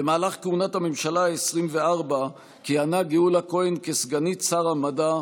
במהלך כהונת הממשלה העשרים-וארבע כיהנה גאולה כהן כסגנית שר המדע,